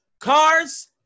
Cars